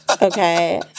Okay